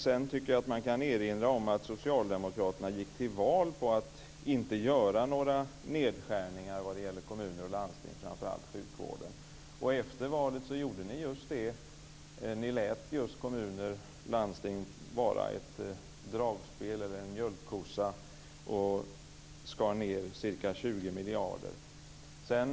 Jag tycker att man kan erinra om att Socialdemokraterna gick till val på att inte göra några nedskärningar i kommuner och landsting och framför allt inte i sjukvården. Efter valet gjorde ni just det. Ni lät just kommuner och landsting vara en mjölkkossa och skar ned ca 20 miljarder.